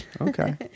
Okay